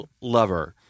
lover